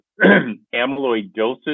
amyloidosis